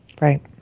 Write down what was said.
Right